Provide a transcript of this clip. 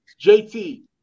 JT